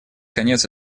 конец